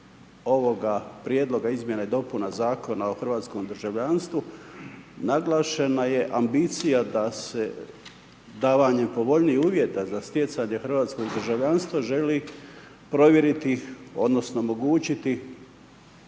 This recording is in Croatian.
ovoga Prijedloga izmjena i dopuna Zakona o hrvatskom državljanstvu naglašena je ambicija da se davanjem povoljnijih uvjeta za stjecanje hrvatskog državljanstva želi provjeriti odnosno omogućiti